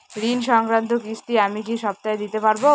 ঋণ সংক্রান্ত কিস্তি আমি কি সপ্তাহে দিতে পারবো?